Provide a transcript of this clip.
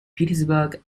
petersburg